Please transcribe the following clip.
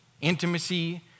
intimacy